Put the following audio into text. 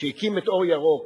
שהקים את "אור ירוק",